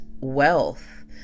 wealth